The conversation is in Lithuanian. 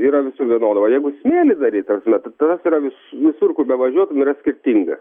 yra visur vienoda va jeigu smėlį daryt ta prasme tas visur kur bevažiuotum yra visur skirtingas